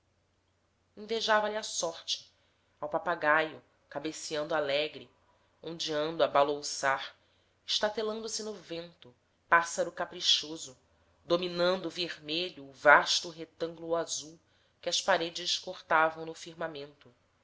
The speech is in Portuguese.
ateneu invejava lhe a sorte ao papagaio cabeceando alegre ondeando a balouçar estatelando se no vento pássaro caprichoso dominando vermelho o vasto retângulo azul que as paredes cortavam no firmamento